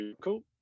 cool